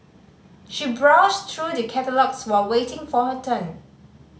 she browsed through the catalogues while waiting for her turn